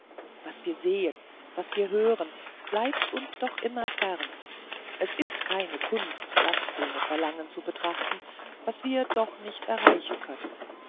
was wir sehen was wir hören bleibt uns immer noch fern es ist keine kunst das ohne verlangen zu betrachten was wir doch nicht erreichen können